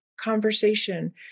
conversation